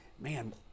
man